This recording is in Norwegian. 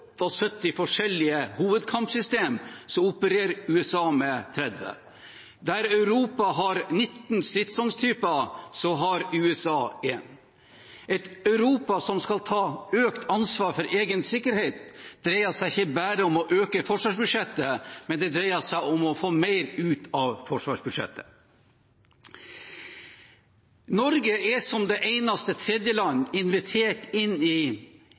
forskjellige hovedkampsystemer, opererer USA med 30. Der Europa har 19 stridsvogntyper, har USA én. Et Europa som skal ta økt ansvar for egen sikkerhet, dreier seg ikke bare om å øke forsvarsbudsjettet, men det dreier seg om å få mer ut av forsvarsbudsjettet. Norge er som det eneste tredjeland invitert inn i